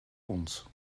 uns